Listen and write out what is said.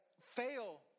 fail